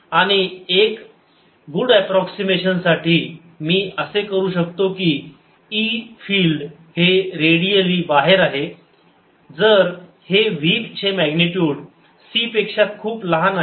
आणि एका good approximation साठी मी असे करू शकतो की e फिल्ड हे रेडिअली बाहेर आहे जर हे v चे मॅग्निट्युड c पेक्षा खूप लहान आहे